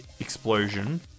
explosion